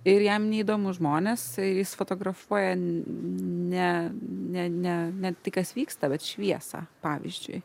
ir jam neįdomu žmonės jis fotografuoja ne ne ne ne tai kas vyksta vat šviesą pavyzdžiui